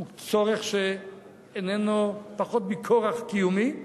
הוא צורך שאינו פחות מצורך קיומי,